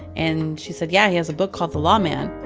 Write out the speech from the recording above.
and she said, yeah, he has a book called the law man.